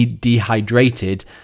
dehydrated